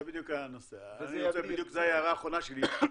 זה בדיוק הנושא, זו ההערה האחרונה שלי.